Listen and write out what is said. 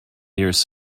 nearest